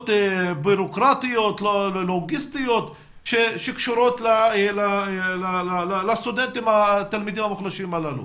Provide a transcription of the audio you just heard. ביורוקרטיות-לוגיסטיות שקשורות לתלמידים המוחלשים הללו?